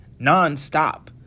nonstop